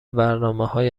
برنامههای